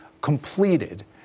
completed